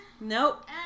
Nope